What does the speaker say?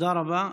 תודה רבה.